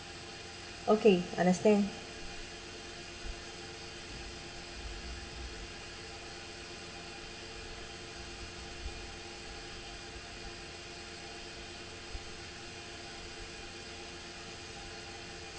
okay understand